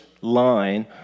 line